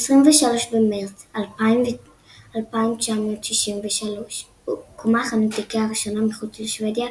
ב-23 במרץ 1963 הוקמה חנות איקאה הראשונה מחוץ לשוודיה,